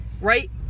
right